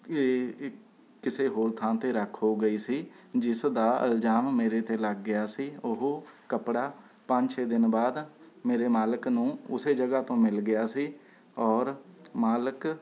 ਇੱਕ ਕਿਸੇ ਹੋਰ ਥਾਂ 'ਤੇ ਰੱਖ ਹੋ ਗਈ ਸੀ ਜਿਸ ਦਾ ਇਲਜ਼ਾਮ ਮੇਰੇ 'ਤੇ ਲੱਗ ਗਿਆ ਸੀ ਉਹ ਕੱਪੜਾ ਪੰਜ ਛੇ ਦਿਨ ਬਾਅਦ ਮੇਰੇ ਮਾਲਕ ਨੂੰ ਉਸੇ ਜਗ੍ਹਾ ਤੋਂ ਮਿਲ ਗਿਆ ਸੀ ਔਰ ਮਾਲਕ